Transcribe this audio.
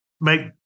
make